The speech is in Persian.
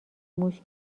موش